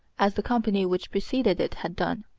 as the company which preceded it had done.